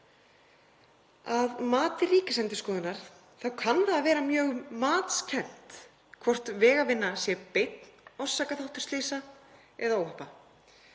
Að mati Ríkisendurskoðunar kann að vera mjög matskennt hvort vegavinna sé beinn orsakaþáttur slysa eða óhappa.